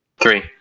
Three